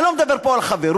אני לא מדבר פה על חברות,